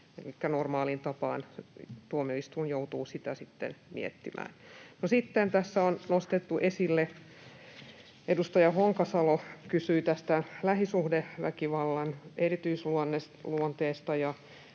normaaliin tapaan tuomioistuin joutuu sitä sitten miettimään. Sitten tässä on nostettu esille — edustaja Honkasalo puhui tästä — lähisuhdeväkivallan erityisluonne,